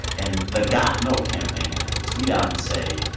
and the got milk campaign had had to tweet out and say,